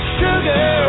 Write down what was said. sugar